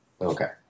Okay